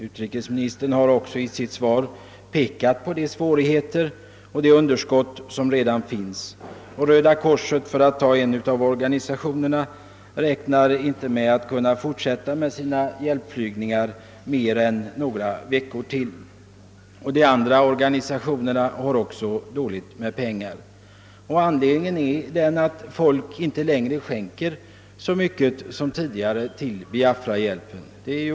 Utrikesministern erinrar också i sitt svar om svårigheterna därvidlag och det underskott som redan finns. Röda korset — för att bara ta en av hjälporganisationerna — räknar inte med att kunna fortsätta med sina hjälpflygningar mer än några veckor till. även de andra hjälporganisationerna har dåligt med pengar. Huvudanledningen härtill är att människor inte längre skänker så mycket som tidigare till hjälpen åt Biafra.